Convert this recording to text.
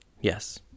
Yes